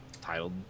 titled